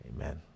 Amen